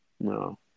No